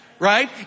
Right